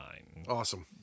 Awesome